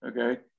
okay